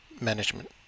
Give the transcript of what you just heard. management